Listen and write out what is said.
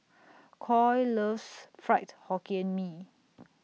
Coy loves Fried Hokkien Mee